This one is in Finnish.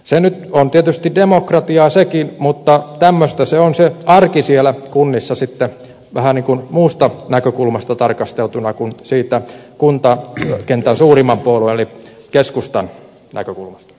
se nyt on tietysti demokratiaa sekin mutta tämmöistä on se arki siellä kunnissa sitten vähän muusta näkökulmasta tarkasteltuna kuin siitä kuntakentän suurimman puolueen eli keskustan näkökulmasta